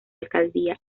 alcaldía